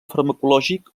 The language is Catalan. farmacològic